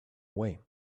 away